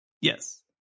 Yes